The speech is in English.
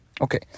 Okay